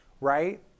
right